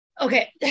okay